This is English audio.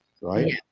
right